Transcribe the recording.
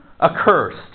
Accursed